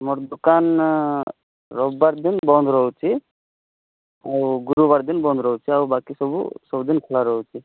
ମୋର ଦୋକାନ ରବିବାର ଦିନ ବନ୍ଦ ରହୁଛି ଆଉ ଗୁରୁବାର ଦିନ୍ ବନ୍ଦ ରହୁଛି ଆଉ ବାକି ସବୁ ସବୁଦିନ ଖୁଲା ରହୁଛି